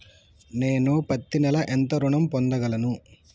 నేను పత్తి నెల ఎంత ఋణం పొందగలను?